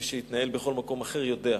מי שהתנהל בכל מקום אחר יודע,